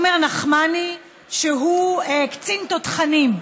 שהוא קצין תותחנים.